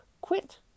quit